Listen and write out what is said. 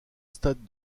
stade